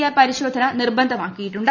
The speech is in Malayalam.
ആർ പരിശോധന നിർബന്ധമാക്കിയിട്ടുണ്ട്